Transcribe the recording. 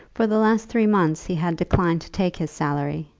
for the last three months he had declined to take his salary,